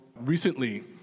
recently